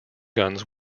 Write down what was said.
guns